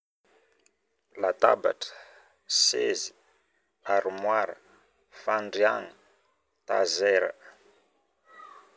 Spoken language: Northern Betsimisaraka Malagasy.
Latabatra, sezy, aromoara, fandriagna, tazera